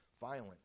violent